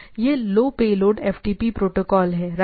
यह low payload FTP protocol है right